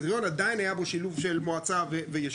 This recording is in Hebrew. הקריטריון היה בו עדיין שילוב של מועצה וישוב,